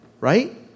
right